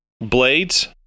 blades